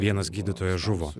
vienas gydytojas žuvo